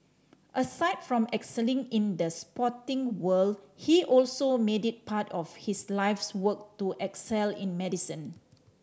aside from excelling in the sporting world he also made it part of his life's work to excel in medicine